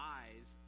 eyes